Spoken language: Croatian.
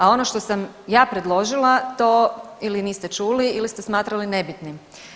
A ono što sam ja predložila ili niste čuli ili ste smatrali nebitnim.